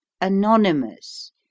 Anonymous